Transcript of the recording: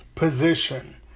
position